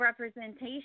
representation